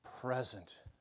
present